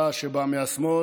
רעש שבא מהשמאל,